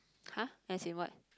!huh! as in what